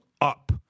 up